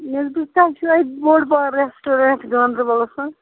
مےٚ حظ بوٗز تۄہہِ چھُو اَتہِ بوٚڑ بار رٮ۪سٹورٮ۪نٛٹ گانٛدربَلَس منٛز